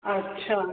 अच्छा